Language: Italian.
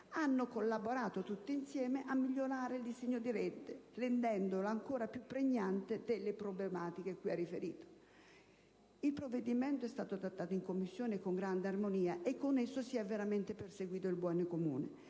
hanno collaborato a migliorare il disegno di legge rendendolo ancora più pregnante rispetto alle problematiche cui è riferito. Il provvedimento è stato trattato in Commissione con grande armonia e con esso si è veramente perseguito il bene comune.